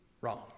wrong